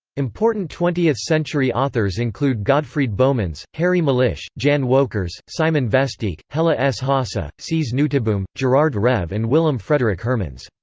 important twentieth century authors include godfried bomans, harry mulisch, jan wolkers, simon vestdijk, hella s. haasse, cees nooteboom, gerard reve and willem frederik hermans.